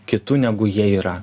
kitu negu jie yra